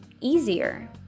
easier